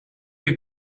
you